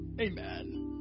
Amen